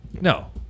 No